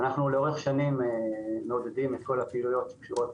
אנחנו מעודדים את כל הפעילויות שקשורות